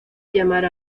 llamar